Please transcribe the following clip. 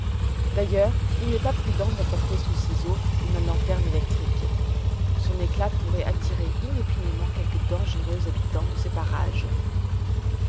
d'ailleurs il n'est pas prudent d'emporter sous ces eaux une lanterne électrique son éclat pourrait attirer inopinément quelque dangereux habitant de ces parages